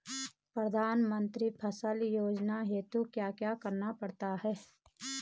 प्रधानमंत्री फसल योजना हेतु क्या क्या करना पड़ता है?